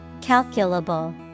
Calculable